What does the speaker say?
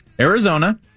Arizona